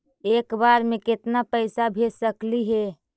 एक बार मे केतना पैसा भेज सकली हे?